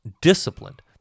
disciplined